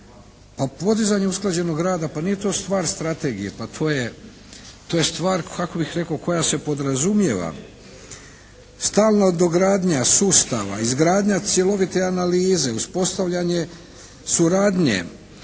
Pa podizanje usklađenog rada pa nije to stvar strategije. Pa to je, to je stvar kako bih rekao koja se podrazumijeva. Stalna dogradnja sustava, izgradnja cjelovite analize, uspostavljanje suradnje